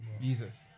Jesus